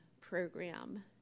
program